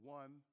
one